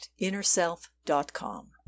InnerSelf.com